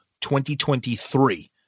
2023